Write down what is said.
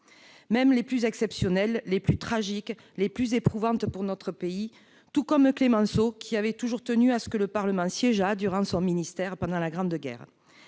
même les plus exceptionnelles, les plus tragiques, les plus éprouvantes pour notre pays. Tout comme Clemenceau avait toujours tenu à ce que le Parlement siégeât durant son ministère, pendant la Grande Guerre.